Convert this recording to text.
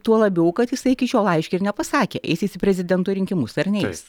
tuo labiau kad jisai iki šiol aiškiai ir nepasakė eis jis į prezidento rinkimus ar neis